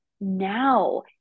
now